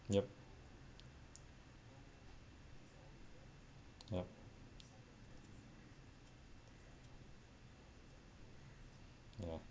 yup ya no